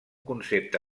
concepte